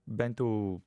bent jau